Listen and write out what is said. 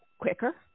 quicker